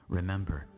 remember